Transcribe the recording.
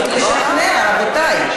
תבחר במה שאתה מחליט להצביע.